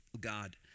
God